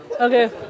Okay